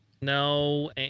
no